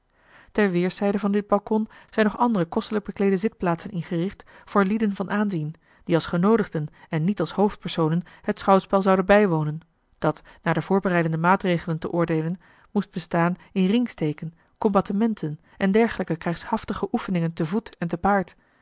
ter weêrszijde van dit balkon zijn nog andere kostelijk bekleede zitplaatsen ingericht voor lieden van aanzien die als genoodigden en niet als hoofdpersoon het schouwspel zouden bijwonen dat naar de voorbereidende maatregelen te oordeelen moest bestaan in ringsteken combattementen en dergelijke krijgshaftige oefeningen te voet en te paard